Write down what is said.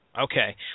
Okay